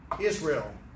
Israel